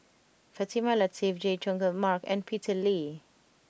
Fatimah Lateef Chay Jung Jun Mark and Peter Lee